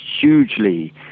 hugely